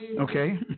Okay